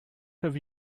have